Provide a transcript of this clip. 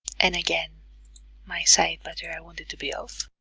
and again my side batter i want it to be off